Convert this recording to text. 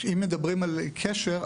אם מדברים על קשר,